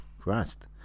Christ